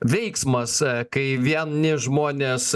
veiksmas kai vieni žmonės